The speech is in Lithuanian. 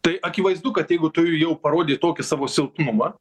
tai akivaizdu kad jeigu tu jau parodei tokį savo silpnumą